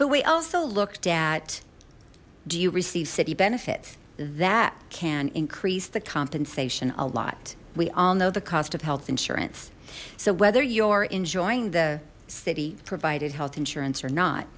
but we also looked at do you receive city benefits that can increase the compensation a lot we all know the cost of health insurance so whether you're enjoying the city provided health insurance or not